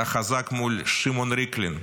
אתה חזק מול שמעון ריקלין.